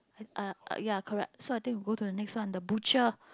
uh uh ya correct so I think we go to the next one the butcher